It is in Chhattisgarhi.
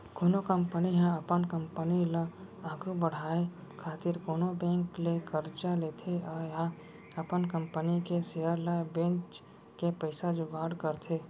कोनो कंपनी ह अपन कंपनी ल आघु बड़हाय खातिर कोनो बेंक ले करजा लेथे या अपन कंपनी के सेयर ल बेंच के पइसा जुगाड़ करथे